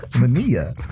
Mania